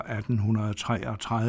1833